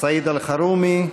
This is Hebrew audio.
סעיד אלחרומי,